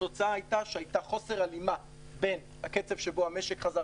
התוצאה הייתה שהיה חוסר הלימה בין הקצב שבו המשק חזר